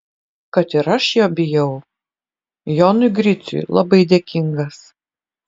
kad ir aš jo bijau jonui griciui labai dėkingas